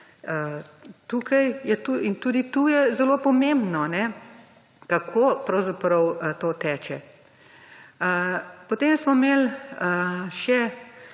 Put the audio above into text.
odpre in tudi tukaj je zelo pomembno kako pravzaprav to teče. Potem smo imeli še